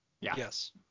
Yes